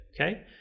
Okay